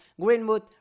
Greenwood